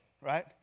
right